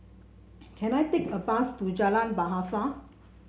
can I take a bus to Jalan Bahasa